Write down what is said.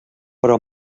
però